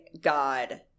God